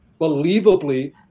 believably